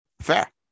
Fair